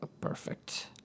Perfect